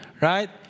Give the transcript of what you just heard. right